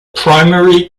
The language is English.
primary